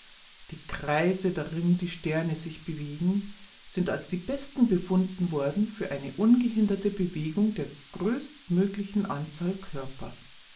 die kreise darin die sterne sich bewegen sind als die besten befunden worden für eine ungehinderte bewegung der größtmöglichen anzahl körper